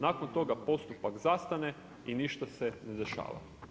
Nakon toga postupak zastane i ništa se ne dešava.